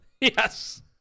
Yes